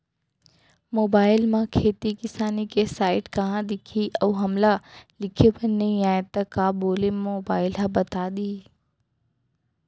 Mobile म खेती किसानी के साइट कहाँ दिखही अऊ हमला लिखेबर नई आय त का बोले म मोबाइल ह बता दिही?